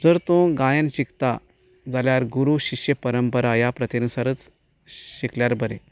जर तूं गायन शिकता जाल्यार गुरू शिश्य परंपरा ह्या प्रथे नुसारच शिकल्यार बरें